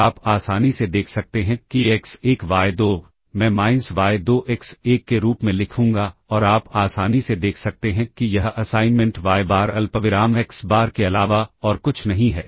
और आप आसानी से देख सकते हैं कि एक्स1वाय2 मैं माइनस वाय2एक्स1 के रूप में लिखूंगा और आप आसानी से देख सकते हैं कि यह असाइनमेंट वाय बार अल्पविराम एक्स बार के अलावा और कुछ नहीं है